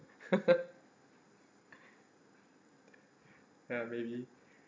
uh maybe